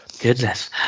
goodness